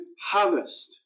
harvest